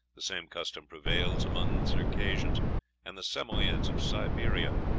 the same custom prevails among the circassians and the samoyeds of siberia.